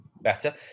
Better